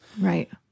right